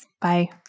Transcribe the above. Bye